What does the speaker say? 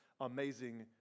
Amazing